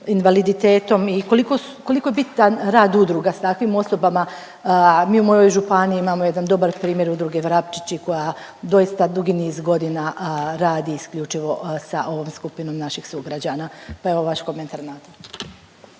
invaliditetom i koliko je bitan rad udruga sa takvim osobama, a mi u mojoj županiji imamo jedan dobar primjer Udruge „Vrapčići“ koja doista dugi niz godina radi isključivo sa ovom skupinom naših sugrađana pa evo vaš komentar na to.